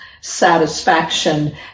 satisfaction